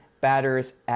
batters